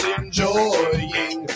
enjoying